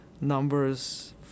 numbers